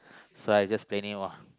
so I just planning !wah!